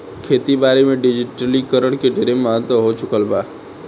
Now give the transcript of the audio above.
खेती बारी में डिजिटलीकरण के ढेरे महत्व हो चुकल बा